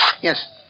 yes